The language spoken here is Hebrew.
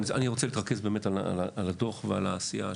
ואני רוצה להתרכז באמת בדוח ובעשייה,